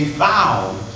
found